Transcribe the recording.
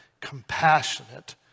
compassionate